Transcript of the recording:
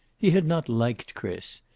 he had not liked chris.